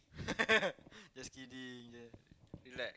just kidding je relax